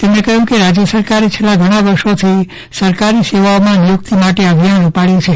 શ્રી ઠાકોરે ઉમેર્યું કે રાજ્ય સરકારે છેલ્લા ઘણાં વર્ષોથી સરકારી સેવાઓમાં નિયુક્તિ માટેનું અભિયાન ઉપાડ્યું છે